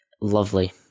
Lovely